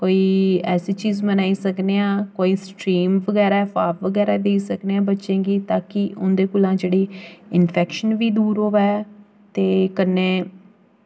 कोई ऐसी चीज बनाई सकने आं कोई स्टीम बगैरा भाप बगैरा देई सकने आं बच्चें गी तां जे उं'दे कोला जेह्ड़ी इन्फैक्शन बी दूर होऐ ते कन्नै